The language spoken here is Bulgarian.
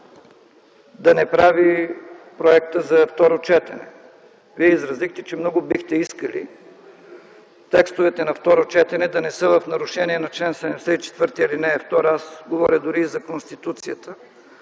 да не прави проектът за второ четене. Вие изразихте, че много бихте искали текстовете на второ четене да не са в нарушение на чл. 74, ал. 2. Аз говоря дори и за Конституцията.